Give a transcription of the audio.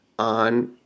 on